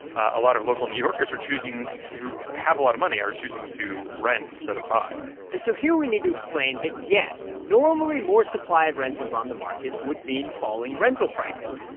a lot of local new yorkers are choosing who have a lot of money are choosing to rent instead of buy and so here we need to explain that, yes, normally more supply of rentals on the market would mean falling rental prices,